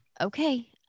okay